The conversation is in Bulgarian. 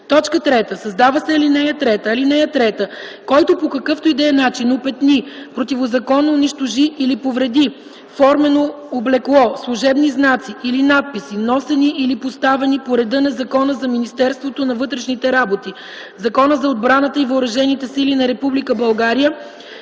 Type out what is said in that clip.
години”. 3. Създава се ал. 3: „(3) Който по какъвто и да е начин опетни, противозаконно унищожи или повреди формено облекло, служебни знаци или надписи, носени или поставени по реда на Закона за Министерството на вътрешните работи, Закона за отбраната и въоръжените сили на